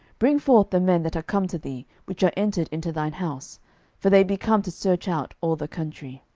bring forth the men that are come to thee, which are entered into thine house for they be come to search out all the country.